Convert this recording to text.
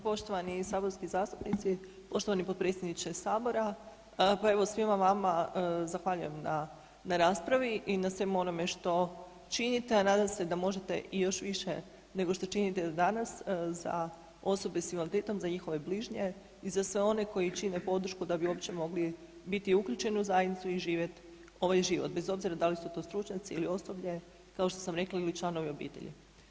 Poštovani saborski zastupnici, poštovani potpredsjedniče sabora, pa evo svima vama zahvaljujem na raspravi i na svemu onome što činite, a nadam se da možete i još više nego što činite danas za osobe s invaliditetom, za njihove bližnje i za sve one koji čine podršku da bi uopće mogli biti uključeni u zajednicu i živjeti ovaj život, bez obzira da li su to stručnjaci ili osoblje kao što sam rekla ili članovi obitelji.